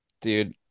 Dude